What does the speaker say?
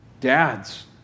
Dads